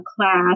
class